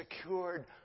secured